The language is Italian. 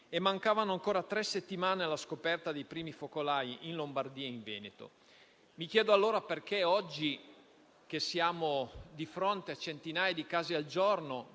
e mancavano ancora tre settimane alla scoperta di primi focolai in Lombardia e in Veneto. Mi chiedo allora perché, oggi che siamo di fronte a centinaia di casi al giorno,